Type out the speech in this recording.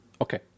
Okay